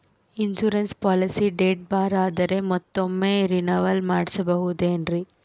Insurance policy date ಬಾರ್ ಆದರೆ ಮತ್ತೊಮ್ಮೆ ರಿನಿವಲ್ ಮಾಡಿಸಬಹುದೇ ಏನ್ರಿ?